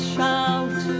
Shout